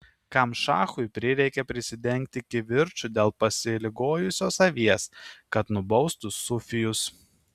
kam šachui prireikė prisidengti kivirču dėl pasiligojusios avies kad nubaustų sufijus